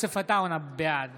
בעד